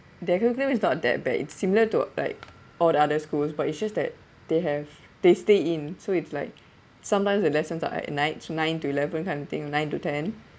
their curriculum is not that bad it's similar to like all the other schools but it's just that they have they stay in so it's like sometimes the lessons are at night nine to eleven kind of thing or nine to ten